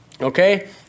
okay